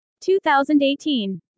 2018